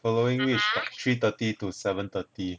following which is like three thirty to seven thirty